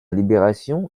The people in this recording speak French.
libération